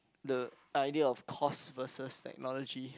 the idea of cost versus technology